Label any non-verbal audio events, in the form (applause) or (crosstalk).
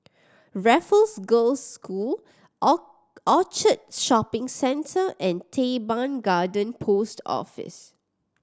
Raffles Girls' School (unintelligible) Orchard Shopping Centre and Teban Garden Post Office